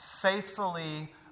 faithfully